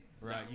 right